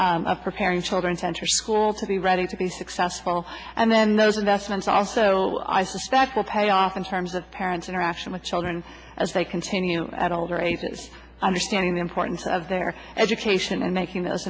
of preparing children central school to be ready to be successful and then those investments also i suspect will pay off in terms of parents interaction with children as they continue at older ages understanding the importance of their education and making those